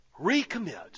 recommit